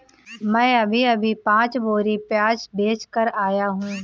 मैं अभी अभी पांच बोरी प्याज बेच कर आया हूं